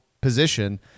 position